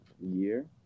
year